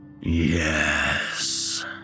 Yes